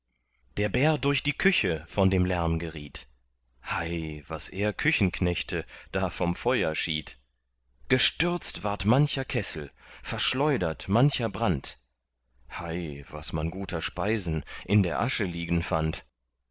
der bär durch die küche von dem lärm geriet hei was er küchenknechte da vom feuer schied gestürzt ward mancher kessel verschleudert mancher brand hei was man guter speisen in der asche liegen fand